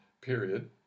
period